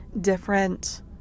different